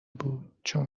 بود، چون